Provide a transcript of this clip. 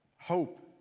hope